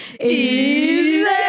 easy